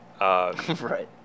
right